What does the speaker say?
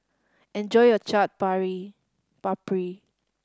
enjoy your Chaat Papri